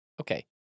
Okay